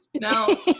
No